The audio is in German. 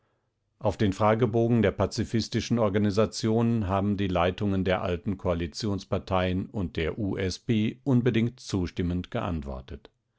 auf den fragebogen der pazifistischen organisationen haben die leitungen der alten koalitionsparteien und der u s p unbedingt zustimmend geantwortet